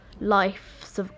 life